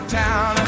town